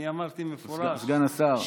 אני אמרתי במפורש, סגן השר,